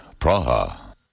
Praha